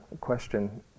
question